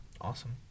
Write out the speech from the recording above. Awesome